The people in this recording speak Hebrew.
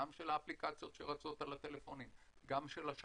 גם של האפליקציות שרצות על הטלפונים,